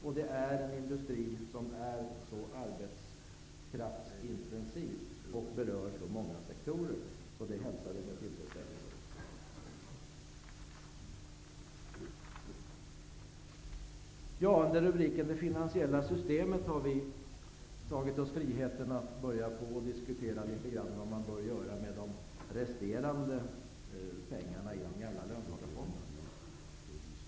Industrin är arbetskraftsintensiv och berör så många sektorer. Detta förslag hälsar vi med tillfredsställelse. Under rubriken det finansiella systemet har vi tagit oss friheten att börja diskutera litet grand vad man bör göra med de resterande pengarna i de gamla löntagarfonderna.